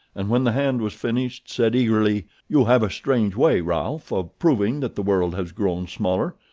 and when the hand was finished, said eagerly you have a strange way, ralph, of proving that the world has grown smaller.